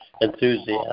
enthusiasm